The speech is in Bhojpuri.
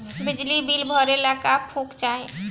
बिजली बिल भरे ला का पुर्फ चाही?